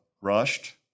rushed